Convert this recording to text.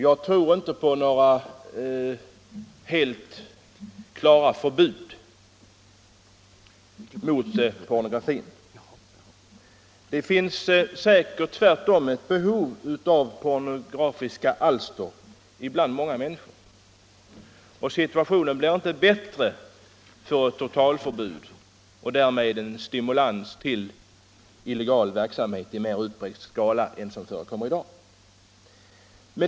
Jag tror inte på några klara förbud mot pornografi. Det finns säkert tvärtom ett behov av pornografiska alster bland många människor, och situationen blir inte bättre genom ett totalförbud och därmed en stimulans till illegal verksamhet i mera utbredd skala än i dag.